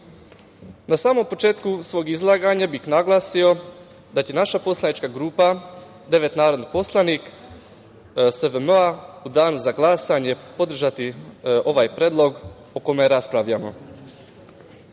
samom početku svog izlaganja bih naglasio da će naša poslanička grupa, devet narodnih poslanika SVM-a, u Danu za glasanje podržati ovaj predlog o kome raspravljamo. Danas